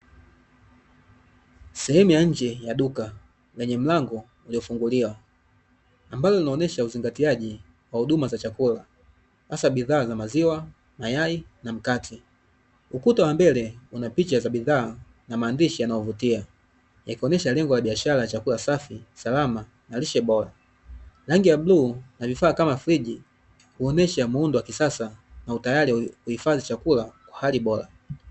Sehemu ya nje ya duka lenye mlango uliofunguliwa, ambalo linaonyesha uzingatiaji wa huduma za chakula. Hasa bidhaa za maziwa, mayai na mkate. Ukuta wa mbele una picha za bidhaa na maandishi yanayovutia, yakionyesha lengo la biashara ya chakula safi, salama, na lishe bora. Rangi ya blue na vifaa kama friji huonyesha muundo wa kisasa na utayari wa kuhifadhi chakula kwa hali bora.